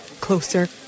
closer